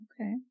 Okay